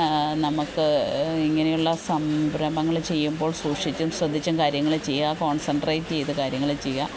നമ്മള്ക്ക് ഇങ്ങനെയുള്ള സംരംഭങ്ങള് ചെയ്യുമ്പോൾ സൂക്ഷിച്ചും ശ്രദ്ധിച്ചും കാര്യങ്ങള് ചെയ്യുക കോൺസെൻട്രേറ്റെയ്ത് കാര്യങ്ങള് ചെയ്യുക